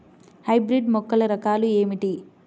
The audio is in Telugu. హైబ్రిడ్ మొక్కల రకాలు ఏమిటీ?